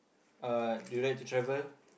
uh do you like to travel